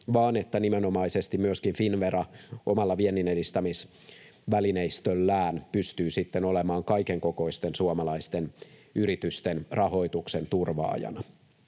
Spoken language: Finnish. vaan että nimenomaisesti myöskin Finnvera omalla vienninedistämisvälineistöllään pystyy sitten olemaan kaikenkokoisten suomalaisten yritysten rahoituksen turvaajana.